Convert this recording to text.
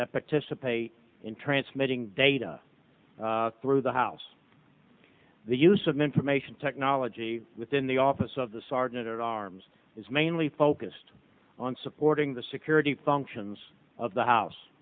that practice to pay in transmitting data through the house the use of information technology within the office of the sergeant at arms is mainly focused on supporting the security functions of the house